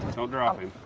don't drop him.